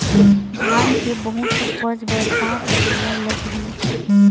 धान के बहुत उपज बर का करेला लगही?